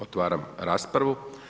Otvaram raspravu.